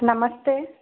ನಮಸ್ತೆ